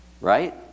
Right